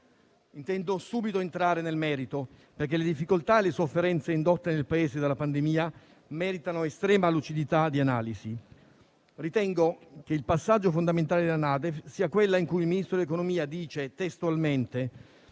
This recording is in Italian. Intendo subito entrare nel merito, perché le difficoltà e le sofferenze indotte al Paese dalla pandemia meritano estrema lucidità di analisi. Ritengo che il passaggio fondamentale della NADEF sia quello in cui il Ministro dell'economia dice testualmente: